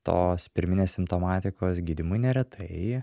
tos pirminės simptomatikos gydymui neretai